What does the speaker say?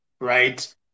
right